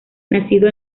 nacido